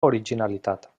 originalitat